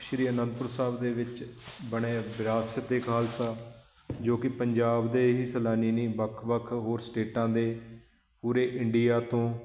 ਸ਼੍ਰੀ ਅਨੰਦਪੁਰ ਸਾਹਿਬ ਦੇ ਵਿੱਚ ਬਣੇ ਵਿਰਾਸਤ ਏ ਖਾਲਸਾ ਜੋ ਕਿ ਪੰਜਾਬ ਦੇ ਹੀ ਸੈਲਾਨੀ ਨਹੀਂ ਵੱਖ ਵੱਖ ਹੋਰ ਸਟੇਟਾਂ ਦੇ ਪੂਰੇ ਇੰਡੀਆ ਤੋਂ